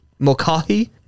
Mokahi